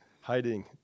hiding